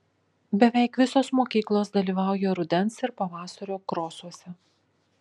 beveik visos mokyklos dalyvauja rudens ir pavasario krosuose